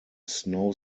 snow